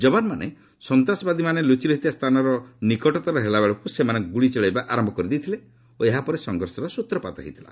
ଯବାନମାନେ ସନ୍ତାସବାଦୀମାନେ ଲୁଚି ରହିଥିବା ସ୍ଥାନର ନିକଟତର ହେବାବେଳକୁ ସେମାନେ ଗୁଳି ଚଳାଇବା ଆରମ୍ଭ କରିଥିଲେ ଓ ଏହାପରେ ସଂଘର୍ଷର ସ୍ତ୍ରପାତ ହୋଇଥିଲା